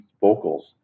vocals